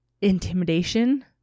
intimidation